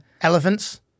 Elephants